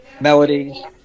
melody